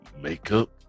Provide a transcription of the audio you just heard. makeup